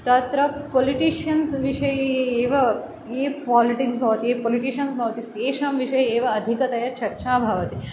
तत्र पोलिटिषन्स् विषये एव ये पालिटिक्स् भवति ये पोलिटिषन्स् भवति तेषां विषये एव अधिकतया चर्चा भवति